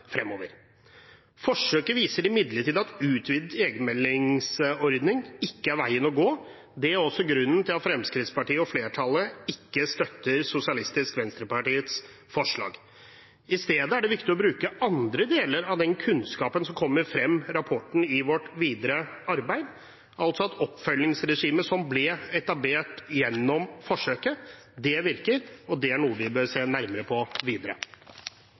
fremover. Forsøket viser imidlertid at utvidet egenmeldingsordning ikke er veien å gå. Det er også grunnen til at Fremskrittspartiet og flertallet ikke støtter Sosialistisk Venstrepartis forslag. I stedet er det viktig å bruke andre deler av den kunnskapen som kommer frem i rapporten, i vårt videre arbeid, altså at oppfølgingsregimet som ble etablert gjennom forsøket, virker. Det er noe vi bør se nærmere på videre.